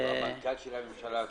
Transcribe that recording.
הממשלה,